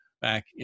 back